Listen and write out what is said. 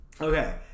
Okay